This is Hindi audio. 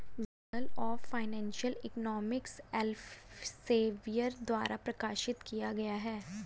journal of financial economics Elsevier द्वारा प्रकाशित किया गया हैं